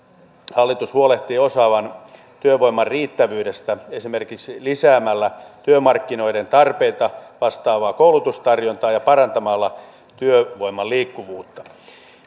hallitus huolehtii osaavan työvoiman riittävyydestä esimerkiksi lisäämällä työmarkkinoiden tarpeita vastaavaa koulutustarjontaa ja parantamalla työvoiman liikkuvuutta